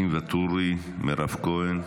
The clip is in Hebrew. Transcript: ניסים ואטורי, מירב כהן,